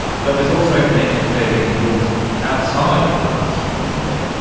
but there is also connections there being built outside of the classroom, isn't there.